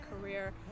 career